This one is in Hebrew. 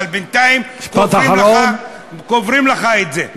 אבל בינתיים קוברים לך את זה.